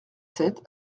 sept